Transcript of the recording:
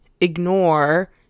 ignore